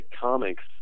comics